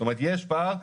זאת אומרת, יש פער.